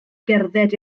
gerdded